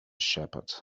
shepherd